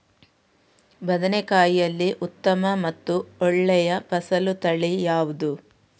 ಬದನೆಕಾಯಿಯಲ್ಲಿ ಉತ್ತಮ ಮತ್ತು ಒಳ್ಳೆಯ ಫಸಲು ತಳಿ ಯಾವ್ದು?